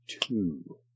two